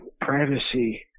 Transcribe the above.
privacy